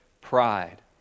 pride